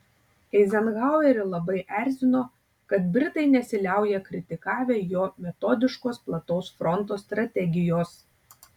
eizenhauerį labai erzino kad britai nesiliauja kritikavę jo metodiškos plataus fronto strategijos